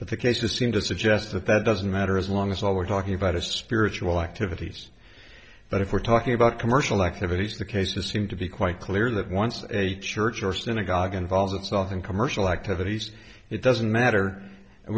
but the case to seem to suggest that that doesn't matter as long as all we're talking about a spiritual activities but if we're talking about commercial activities the case does seem to be quite clear that once a church or synagogue involves itself and commercial activities it doesn't matter and